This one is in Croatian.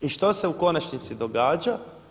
I što se u konačnici događa?